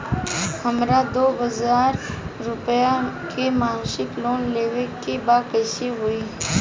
हमरा दो हज़ार रुपया के मासिक लोन लेवे के बा कइसे होई?